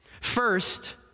First